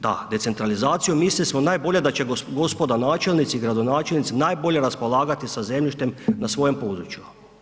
Da, centralizacijom mislili smo najbolje da će gospoda načelnici i gradonačelnici najbolje raspolagati sa zemljištem na svojem području.